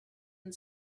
and